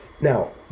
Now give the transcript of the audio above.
Now